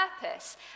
purpose